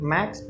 Max